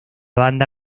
banda